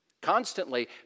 Constantly